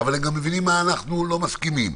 אבל הם גם מבינים מה אנחנו לא מסכימים.